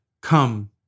Come